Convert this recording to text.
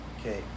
Okay